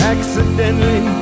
Accidentally